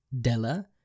Della